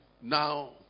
Now